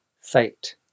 Fate